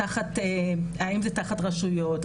האם זה תחת רשויות,